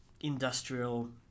industrial